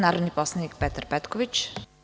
Narodni poslanik Petar Petković.